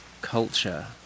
culture